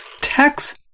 tax